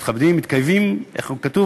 מתכבדת, מתחייבת, איך כתוב?